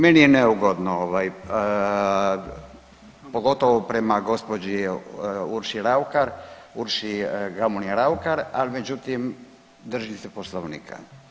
Meni je neugodno pogotovo prema gospođi Urši Raukar, Urši Gamulin-Raukar ali međutim držim se Poslovnika.